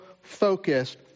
focused